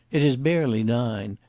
it is barely nine.